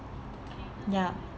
ya